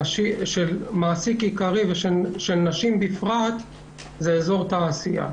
נשים בפרט זה אזור תעשייה.